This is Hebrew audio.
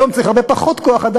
היום צריך הרבה פחות כוח-אדם,